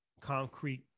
concrete